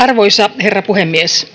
Arvoisa herra puhemies!